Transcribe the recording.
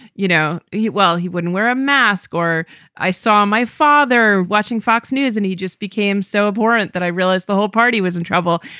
you know, he well, he wouldn't wear a mask or i saw my father watching fox news and he just became so abhorrent that i realized the whole party was in trouble.